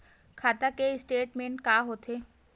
खाता के स्टेटमेंट का होथे?